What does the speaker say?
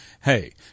hey